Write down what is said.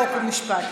חוק ומשפט.